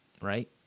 right